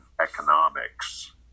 economics